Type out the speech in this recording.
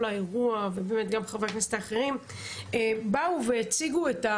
הדיון וגם לחברי הכנסת האחרים באו והציגו.